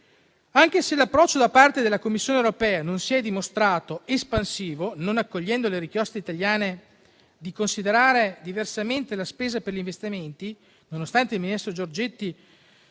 Anche se l'approccio da parte della Commissione europea non si è dimostrato espansivo, non accogliendo le richieste italiane di considerare diversamente la spesa per gli investimenti, il ministro Giorgetti